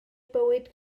bywyd